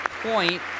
point